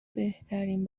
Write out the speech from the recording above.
بهترین